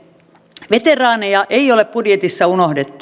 veteraaneja ei ole budjetissa unohdettu